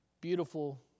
beautiful